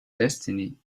destiny